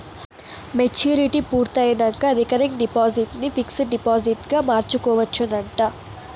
maturity పూర్తయినంక recurring deposit ని fixed డిపాజిట్గ మార్చుకోవచ్చునంట